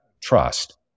trust